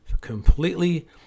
completely